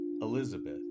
Elizabeth